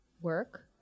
work